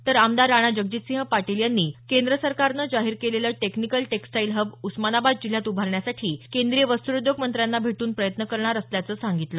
तर आमदार राणा जगजितसिंह पाटील यांनी केंद्र सरकारनं जाहीर केलेलं टेक्निकल टेक्स्टाईल हब उस्मानाबाद जिल्ह्यात उभारण्यासाठी केंद्रीय वस्त्रोद्योग मंत्र्यांना भेट्रन प्रयत्न करणार असल्याचं सांगितलं